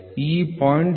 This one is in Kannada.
ಈ 0